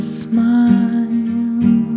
smile